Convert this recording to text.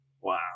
Wow